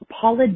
Paula